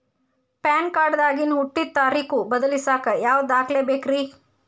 PAN card ದಾಗಿನ ಹುಟ್ಟಿದ ತಾರೇಖು ಬದಲಿಸಾಕ್ ಯಾವ ದಾಖಲೆ ಬೇಕ್ರಿ?